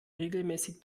regelmäßig